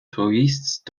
touristes